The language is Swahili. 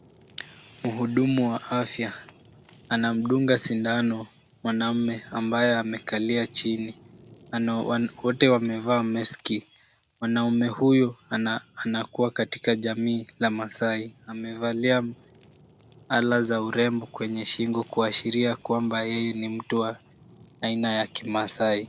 Mhudumu wa afya anamdunga sindano mwanaume ambaye amekalia chini. Wote wamevaa meski. Mwanaume huyu anakuwa katika jamii la maasai. Amevalia ala za urembo kwenye shingo kuashiria kwamba yeye ni mtu wa aina ya kimaasai.